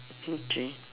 okay